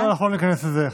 אנחנו לא ניכנס לזה,